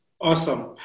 Awesome